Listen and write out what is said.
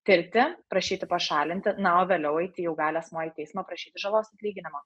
tirti prašyti pašalinti na o vėliau eiti jau gali asmuo į teismą prašyti žalos atlyginimo